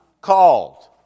called